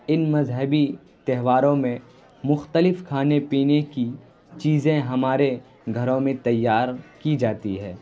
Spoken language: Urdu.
ان مذہبی تہواروں میں مختلف کھانے پینے کی چیزیں ہمارے گھروں میں تیار کی جاتی ہے